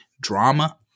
drama